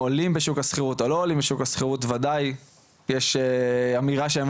עולים בשוק השכירות או לא עולים בשוק השכירות וודאי יש אמירה שהם